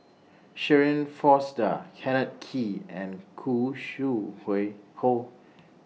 Shirin Fozdar Kenneth Kee and Khoo Sui Hui Hoe